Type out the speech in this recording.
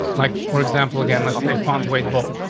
like, for example again, let's say found weight ball.